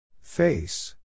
Face